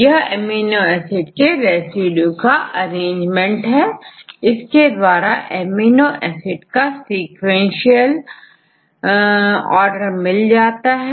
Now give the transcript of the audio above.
यह amino acid के residue का अरेंजमेंट है इसके द्वारा एमिनो एसिड का सीक्वेंशियल आर्डर मिल जाता है